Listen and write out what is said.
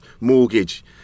mortgage